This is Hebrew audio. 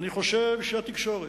אני חושב שבתקשורת,